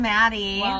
Maddie